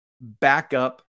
backup